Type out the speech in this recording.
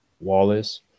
Wallace